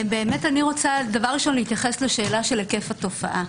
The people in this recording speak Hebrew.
באמת אני רוצה להתייחס לשאלה של היקף התופעה.